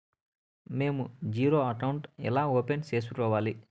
మేము zero account ఎలా open సేసుకోవాలి